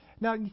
Now